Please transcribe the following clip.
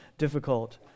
Difficult